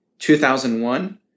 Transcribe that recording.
2001